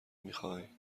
میخوای